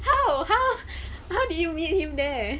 how how how did you meet him there